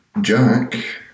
Jack